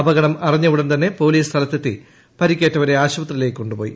അപകടം അറിഞ്ഞയുടൻ തന്നെ പോലീസ് സ്ഥലത്തെത്തി പരിക്കേറ്റവരെ ആശുപത്രിയിലേയ്ക്ക് കൊണ്ടുപോയി